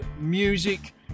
music